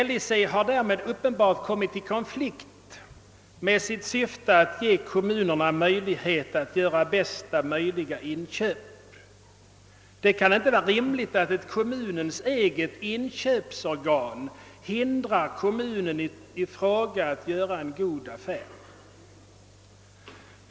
LIC har därmed uppenbart kommit i konflikt med sitt syfte att ge kommunerna möjlighet att göra bästa möjliga inköp. Det kan inte vara rimligt att en kommunens egen inköpscentral hindrar kommunen i fråga att göra en god affär.